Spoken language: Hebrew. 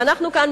ואנו כאן,